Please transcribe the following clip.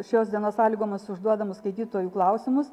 šios dienos sąlygomis užduodamus skaitytojų klausimus